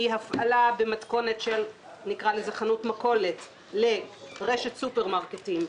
מהפעלה במתכונת של חנות מכולת להפעלה במתכונת של רשת סופרמרקטים,